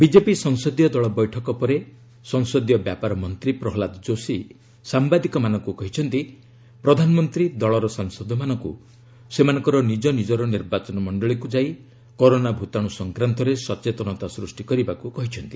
BJP ସଂସଦୀୟ ଦଳ ବୈଠକ ପରେ ସଂସଦୀୟ ବ୍ୟାପାର ମନ୍ତ୍ରୀ ପ୍ରହଲ୍ଲାଦ ଯୋଶୀ ସାମ୍ଭାଦିକମାନଙ୍କୁ କହିଛନ୍ତି ପ୍ରଧାନମନ୍ତ୍ରୀ ଦଳର ସାଂସଦମାନଙ୍କୁ ସେମାନଙ୍କର ନିଜ ନିଜର ନିର୍ବାଚନ ମଣ୍ଡଳୀକୁ ଯାଇ କରୋନା ଭୂତାଣୁ ସଂକ୍ରାନ୍ତରେ ସଚେତନତା ସୃଷ୍ଟି କରିବାକୁ କହିଛନ୍ତି